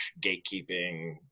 gatekeeping